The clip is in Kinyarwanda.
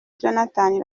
jonathan